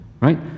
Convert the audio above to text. right